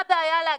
מה הבעיה להגיד,